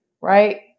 Right